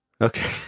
Okay